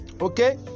Okay